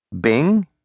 Bing